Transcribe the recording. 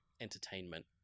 entertainment